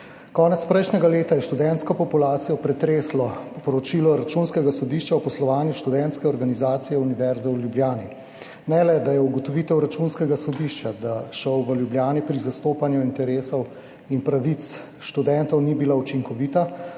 Konec prejšnjega leta je študentsko populacijo pretreslo poročilo Računskega sodišča o poslovanju Študentske organizacije Univerze v Ljubljani. Ne le da je ugotovitev Računskega sodišča, da ŠOU v Ljubljani pri zastopanju interesov in pravic študentov ni bila učinkovita,